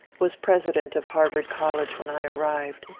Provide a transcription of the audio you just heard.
was president of harvard college when i arrived,